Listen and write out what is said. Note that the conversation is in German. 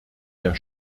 der